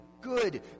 good